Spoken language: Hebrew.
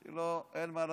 אמרתי לו: אין מה לעשות,